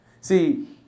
See